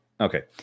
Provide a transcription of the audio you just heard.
Okay